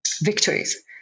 victories